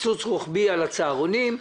בקיצוץ רוחבי על הצהרונים,